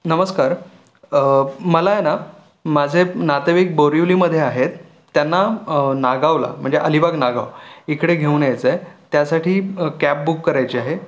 नमस्कार मला आहे ना माझे नातेवाईक बोरिवलीमध्ये आहेत त्यांना नागांवला म्हणजे अलिबाग नागांव इकडे घिऊन यायचं आहे त्यासाठी कॅब बुक करायची आहे